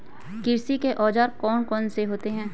कृषि के औजार कौन कौन से होते हैं?